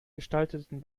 gestalteten